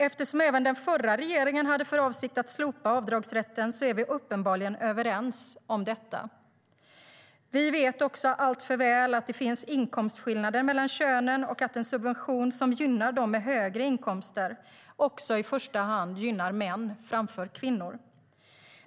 Eftersom även den förra regeringen hade för avsikt att slopa avdragsrätten är vi uppenbarligen överens om detta. Vi vet alltför väl att det finns inkomstskillnader mellan könen och att en subvention som gynnar dem med högre inkomster också i första hand gynnar män framför kvinnor.